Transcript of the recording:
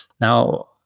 Now